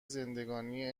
زندگانی